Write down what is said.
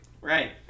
Right